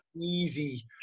easy